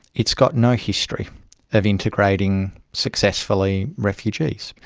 it's got no history of integrating successfully refugees.